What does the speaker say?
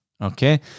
okay